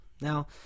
Now